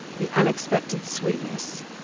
the unexpected sweetness.